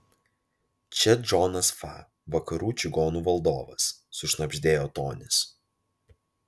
čia džonas fa vakarų čigonų valdovas sušnabždėjo tonis